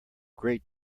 great